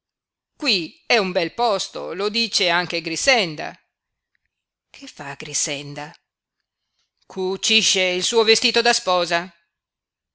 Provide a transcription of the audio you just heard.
qui qui è un bel posto lo dice anche grixenda che fa grixenda cucisce il suo vestito da sposa